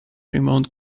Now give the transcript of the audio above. remote